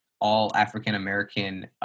all-African-American